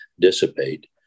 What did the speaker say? dissipate